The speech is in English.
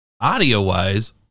audio-wise